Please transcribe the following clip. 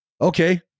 okay